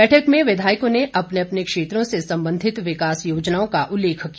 बैठक में विधायकों ने अपने अपने क्षेत्रों से संबंधित विकास योजनाओं का उल्लेख किया